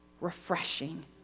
refreshing